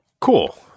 Cool